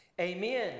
Amen